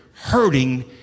hurting